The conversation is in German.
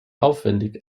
aufwendig